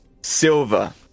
Silva